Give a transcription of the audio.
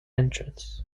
entrance